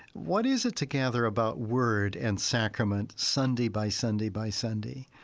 what is it together about word and sacrament, sunday by sunday by sunday,